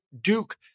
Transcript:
Duke